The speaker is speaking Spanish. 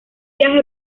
viaje